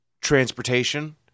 transportation